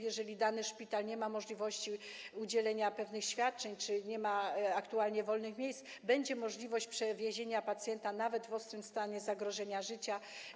Jeżeli dany szpital nie ma możliwości udzielenia pewnych świadczeń czy nie ma aktualnie wolnych miejsc, będzie możliwość przewiezienia pacjenta nawet w ostrym stanie zagrożenia życia.